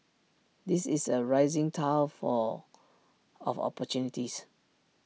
this is A rising tile for of opportunities